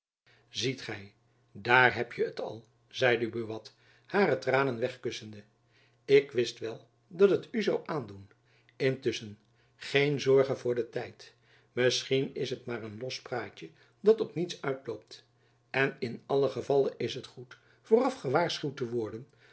ziet gy daar hebje t al zeide buat hare tranen wegkussende ik wist wel dat het u zoû aandoen intusschen geen zorgen voor den tijd misschien is het maar een los praatjen dat op niets uitloopt en in allen gevalle is het goed vooraf gewaarschuwd te worden